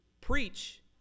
preach